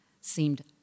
seemed